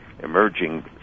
emerging